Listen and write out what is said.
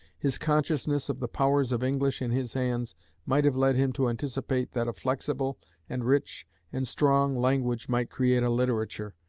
his consciousness of the powers of english in his hands might have led him to anticipate that a flexible and rich and strong language might create a literature,